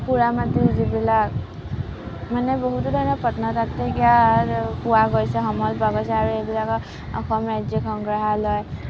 পুৰামাটিৰ যিবিলাক মানে বহুতো ধৰণৰ প্ৰত্নতাত্বিক পোৱা গৈছে সময় পোৱা গৈছে আৰু এইবিলাক অসম ৰাজ্যিক সংগ্ৰহালয়